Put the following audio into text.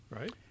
Right